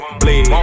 bleed